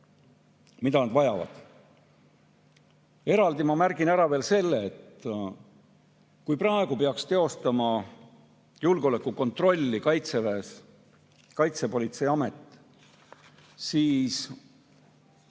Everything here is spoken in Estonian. mida nad vajavad. Eraldi ma märgin ära veel selle, et kui praegu peaks teostama julgeolekukontrolli Kaitseväes Kaitsepolitseiamet, siis